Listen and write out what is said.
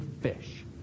fish